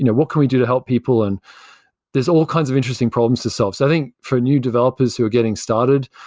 you know what can we do to help people? and there's all kinds of interesting problems to solve. i think for new developers who are getting started,